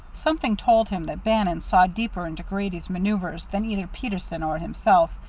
something told him that bannon saw deeper into grady's man oe uvres than either peterson or himself,